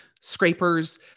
scrapers